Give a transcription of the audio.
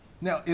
Now